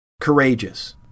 Courageous